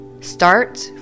start